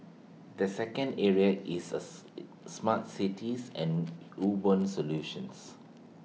the second area is earth smart cities and urban solutions